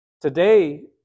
Today